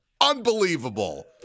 Unbelievable